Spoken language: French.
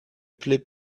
plaît